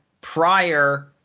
prior